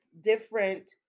different